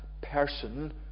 person